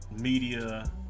media